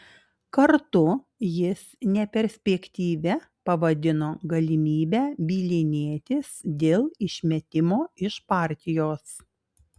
kartu jis neperspektyvia pavadino galimybę bylinėtis dėl išmetimo iš partijos